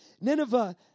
Nineveh